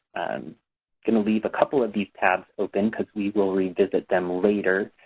am going to leave a couple of these paths open because we will revisit them later.